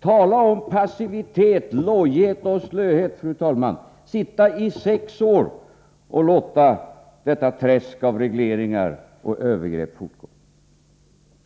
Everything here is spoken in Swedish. Tala om passivitet, lojhet och slöhet! I sex år accepterade ni detta träsk av regleringar och lät övergreppen fortgå.